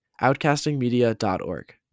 outcastingmedia.org